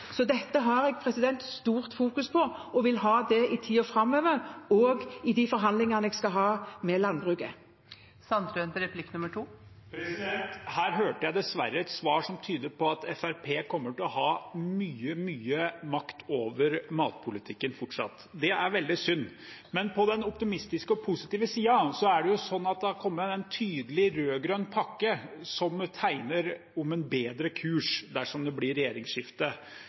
Dette har jeg stort fokus på og vil ha det i tiden framover – også i de forhandlingene jeg skal ha med landbruket. Her hørte jeg dessverre et svar som tyder på at Fremskrittspartiet kommer til å ha mye makt over matpolitikken fortsatt. Det er veldig synd. Men på den optimistiske og positive siden har det kommet en tydelig rød-grønn pakke som tegner en bedre kurs dersom det blir regjeringsskifte, ved at